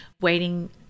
waiting